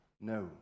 No